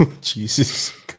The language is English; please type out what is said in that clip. Jesus